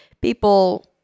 people